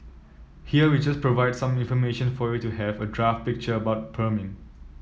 here we just provide some information for you to have a draft picture about perming